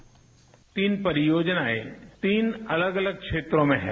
bite तीन परियोजनाएं तीन अलग अलग क्षेत्रों में हैं